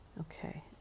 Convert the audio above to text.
Okay